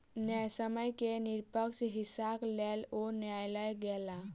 न्यायसम्य के निष्पक्ष हिस्साक लेल ओ न्यायलय गेला